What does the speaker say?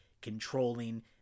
controlling